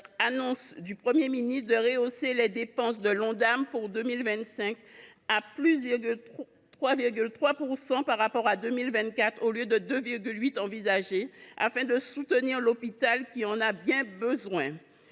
annonce du Premier ministre de rehausser les dépenses de l’Ondam pour 2025 de 3,3 % par rapport à 2024, au lieu des 2,8 % envisagés, afin de soutenir l’hôpital, qui en a bien besoin.